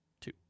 two